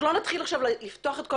אנחנו לא נתחיל לפתוח עכשיו את כל